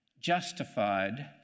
justified